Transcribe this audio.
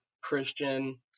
Christian